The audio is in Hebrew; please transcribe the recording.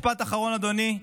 משפט אחרון, אדוני.